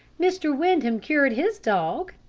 mr. windham cured his dog,